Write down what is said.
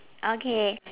okay